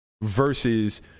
versus –